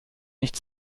nicht